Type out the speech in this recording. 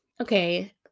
Okay